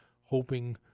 hoping